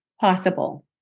possible